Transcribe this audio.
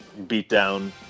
beatdown